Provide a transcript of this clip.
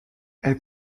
elle